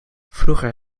vroeger